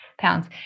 pounds